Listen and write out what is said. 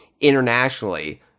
internationally